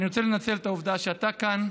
אני רוצה לנצל את העובדה שאתה כאן,